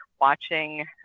watching